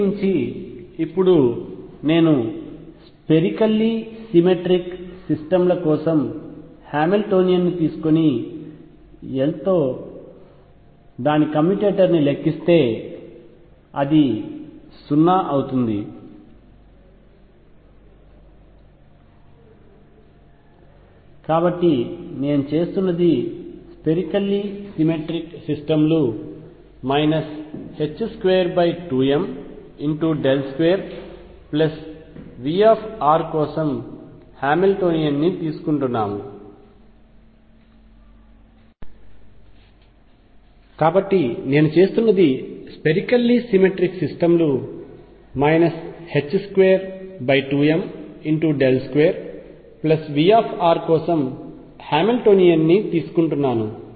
ప్రత్యేకించి ఇప్పుడు నేను స్పెరికల్లీ సిమెట్రిక్ సిస్టమ్ ల కోసం హామిల్టోనియన్ ని తీసుకొని L తో దాని కమ్యుటేటర్ ని లెక్కిస్తే అది 0 అవుతుంది కాబట్టి నేను చేస్తున్నది స్పెరికల్లీ సిమెట్రిక్ సిస్టమ్ లు 22m2V కోసం హామిల్టోనియన్ ని తీసుకుంటున్నాను